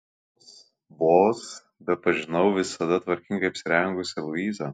vos bepažinau visada tvarkingai apsirengusią luizą